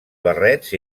barrets